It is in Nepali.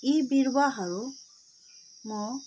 यी बिरुवाहरू म